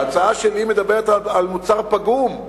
ההצעה שלי מדברת על מוצר פגום,